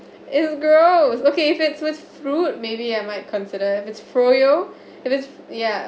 is gross okay if it's with fruit maybe I might consider if it's if it's ya